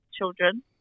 Children